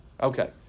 Okay